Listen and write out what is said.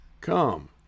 Come